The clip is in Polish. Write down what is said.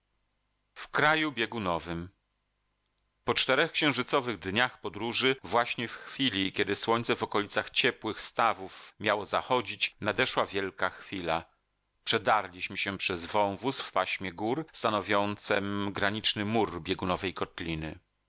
i wtedy zobaczę ziemię po czterech księżycowych dniach podróży właśnie w chwili kiedy słońce w okolicach ciepłych stawów miało zachodzić nadeszła wielka chwila przedarliśmy się przez wąwóz w paśmie gór stanowiącem graniczny mur biegunowej kotliny